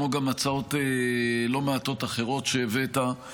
כמו גם הצעות לא מעטות אחרות שהבאת,